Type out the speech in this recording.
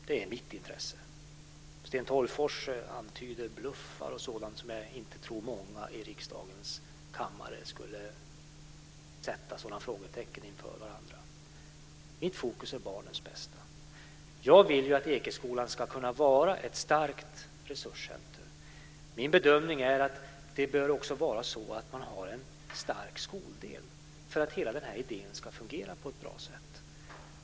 Det är mitt intresse. Sten Tolgfors antyder bluffar och annat. Jag tror inte att många i riksdagens kammare skulle sätta sådana frågetecken inför varandra. Mitt fokus är barnens bästa. Jag vill ju att Ekeskolan ska kunna vara ett starkt resurscenter. Min bedömning är att man också bör ha en stark skoldel för att hela denna idé ska fungera på ett bra sätt.